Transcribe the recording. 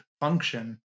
function